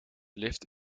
lyft